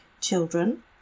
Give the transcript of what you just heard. children